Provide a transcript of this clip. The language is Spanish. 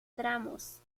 tramos